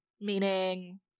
meaning